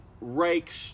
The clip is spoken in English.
rake